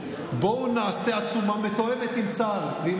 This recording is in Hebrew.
בואו נעשה עצומה מתואמת עם צה"ל ועם